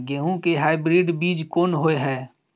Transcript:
गेहूं के हाइब्रिड बीज कोन होय है?